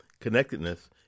connectedness